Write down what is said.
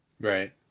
Right